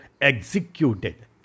executed